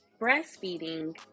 breastfeeding